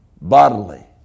bodily